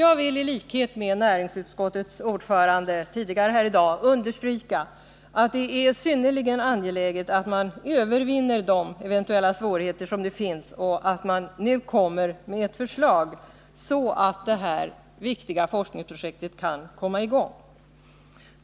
Jag vill därför i likhet med näringsutskottets ordförande understryka att det är synnerligen angeläget att man övervinner de eventuella svårigheter som finns och att man nu kommer med ett förslag, så att detta viktiga forskningsprojekt kan komma i gång.